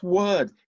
word